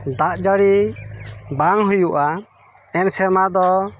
ᱫᱟᱜ ᱡᱟ ᱲᱤ ᱵᱟᱝ ᱦᱩᱭᱩᱜᱼᱟ ᱮᱱ ᱥᱮᱨᱢᱟ ᱫᱚ